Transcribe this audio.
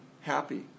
happy